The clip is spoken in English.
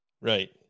right